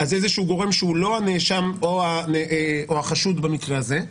אז איזשהו גורם שהוא לא הנאשם או החשוד במקרה הזה.